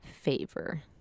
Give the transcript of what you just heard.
favor